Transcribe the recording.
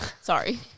Sorry